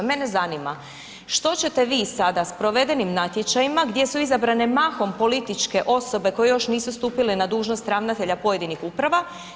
Mene zanima, što ćete vi sada s provedenim natječajima gdje su izabrane mahom političke osobe koje još nisu stupile na dužnost ravnatelja pojedinih uprava?